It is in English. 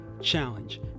challenge